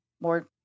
more